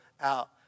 out